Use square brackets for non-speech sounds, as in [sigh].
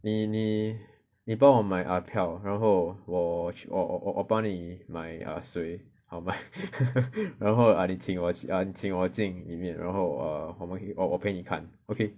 你你你帮我买 a'ah 票然后我我我我帮你买 err 水好吗 [laughs] 然后 err 你请我 err 你请我进里面然后 err 我我陪你看 okay